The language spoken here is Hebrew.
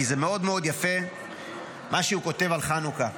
כי זה מאוד מאוד יפה מה שהוא כותב על חנוכה.